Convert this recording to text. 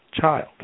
child